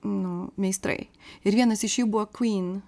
nu meistrai ir vienas iš jų buvo kvyn